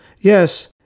Yes